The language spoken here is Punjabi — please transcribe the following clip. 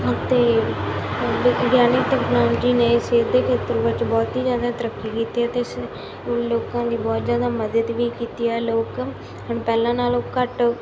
ਅਤੇ ਵਿਗਿਆਨਕ ਟੈਕਨੋਲਜੀ ਨੇ ਸਿਹਤ ਦੇ ਖੇਤਰ ਵਿੱਚ ਬਹੁਤ ਹੀ ਜ਼ਿਆਦਾ ਤਰੱਕੀ ਕੀਤੀ ਹੈ ਅਤੇ ਇਸ ਲੋਕਾਂ ਦੀ ਬਹੁਤ ਜ਼ਿਆਦਾ ਮਦਦ ਵੀ ਕੀਤੀ ਆ ਲੋਕ ਹੁਣ ਪਹਿਲਾਂ ਨਾਲੋਂ ਘੱਟ